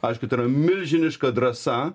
aišku tai yra milžiniška drąsa